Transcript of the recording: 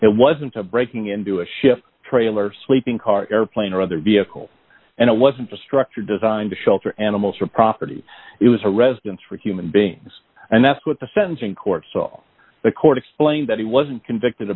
it wasn't of breaking into a shift trailer or sleeping car airplane or other vehicle and it wasn't a structure designed to shelter animals or property it was a residence for human beings and that's what the sentencing court saw the court explained that he wasn't convicted